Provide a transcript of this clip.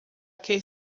que